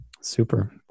Super